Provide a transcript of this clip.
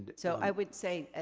but so i would say,